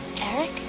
Eric